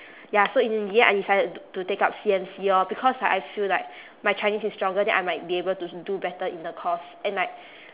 ya so in the end I decided t~ to take up C_M_C lor because like I feel like my chinese is stronger then I might be able to do better in the course and like